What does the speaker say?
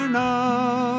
now